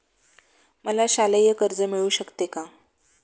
मला शालेय कर्ज मिळू शकते का?